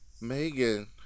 Megan